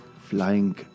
flying